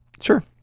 Sure